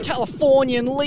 Californian